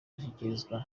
gushyikirizwa